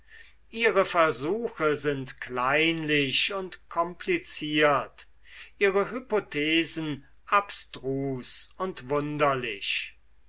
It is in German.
ihre versuche sind kleinlich und kompliziert ihre hypothesen abstrus und wunderlich